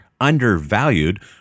undervalued